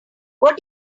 what